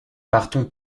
partons